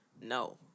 no